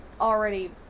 already